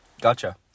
Gotcha